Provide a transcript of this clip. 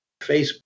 Facebook